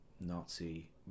Nazi